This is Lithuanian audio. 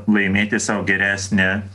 laimėti sau geresnę